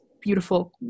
beautiful